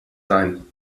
sein